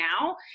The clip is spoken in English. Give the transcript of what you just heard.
now